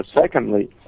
secondly